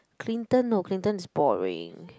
Clinton no Clinton is boring